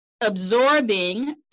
absorbing